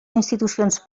institucions